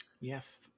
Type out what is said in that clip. Yes